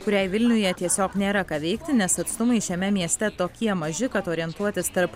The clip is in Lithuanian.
kuriai vilniuje tiesiog nėra ką veikti nes atstumai šiame mieste tokie maži kad orientuotis tarp